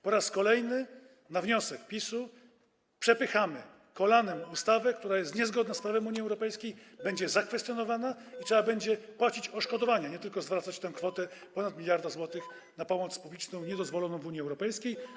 Po raz kolejny na wniosek PiS przepychamy kolanem ustawę, która jest niezgodna z prawem Unii Europejskiej, będzie zakwestionowana i trzeba będzie płacić odszkodowania, a nie tylko zwracać tę kwotę ponad 1 mld zł na pomoc publiczną niedozwoloną w Unii Europejskiej.